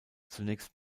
zunächst